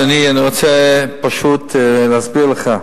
אני רוצה פשוט להסביר לך.